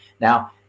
Now